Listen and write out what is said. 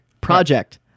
Project